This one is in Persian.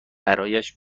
برایش